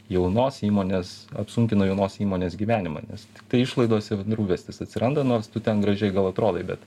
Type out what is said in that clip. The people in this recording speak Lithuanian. jaunos įmonės apsunkina jaunos įmonės gyvenimą nes tai išlaidos ir rūpestis atsiranda nors tu ten gražiai gal atrodai bet